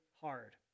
hard